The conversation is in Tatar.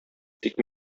тик